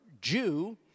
Jew